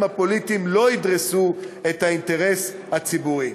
הפוליטיים לא ידרסו את האינטרס הציבורי.